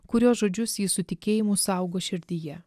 kurio žodžius ji su tikėjimu saugo širdyje